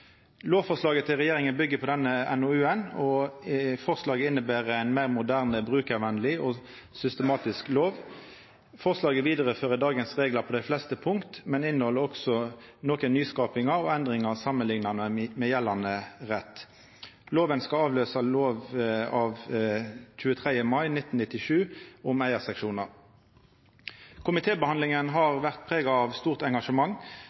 Lovforslaget til regjeringa byggjer på denne NOU-en, og forslaget inneber ei meir moderne, brukarvennleg og systematisk lov. Forslaget vidarefører dagens reglar på dei fleste punkt, men inneheld òg nokre nyskapingar og endringar samanlikna med gjeldande rett. Lova skal avløysa lov av 23. mai 1997 om eigarseksjonar. Komitébehandlinga har vore prega av stort engasjement.